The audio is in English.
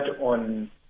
on